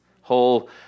whole